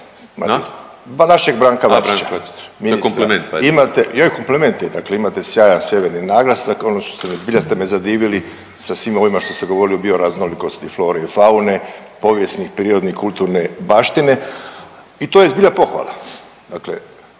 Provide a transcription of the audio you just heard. je kompliment je, dakle imate sjajan sjeverni naglasak odnosno zbilja ste me zadivili sa svime ovime što ste govorili o raznolikosti flore i faune, povijesne, prirodne i kulturne baštine i to je zbilja pohvala,